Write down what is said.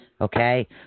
okay